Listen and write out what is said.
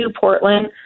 Portland